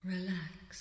Relax